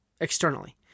externally